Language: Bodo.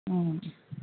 उम